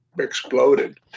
exploded